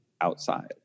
outside